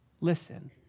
listen